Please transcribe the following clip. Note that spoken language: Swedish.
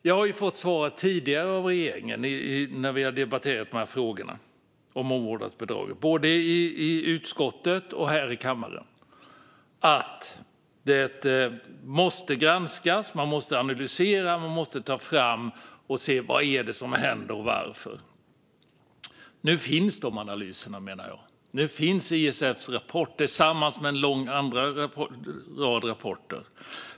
Jag har fått svaret tidigare av regeringen när vi har debatterat frågorna om omvårdnadsbidraget, både i utskottet och här i kammaren, att detta måste granskas. Man måste analysera och se på vad det är som händer och varför. Nu finns de analyserna, menar jag. Nu finns ISF:s rapport, liksom en lång rad andra rapporter.